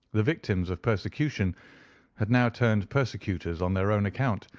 the victims of persecution had now turned persecutors on their own account,